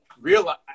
realize